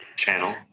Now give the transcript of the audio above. channel